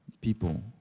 people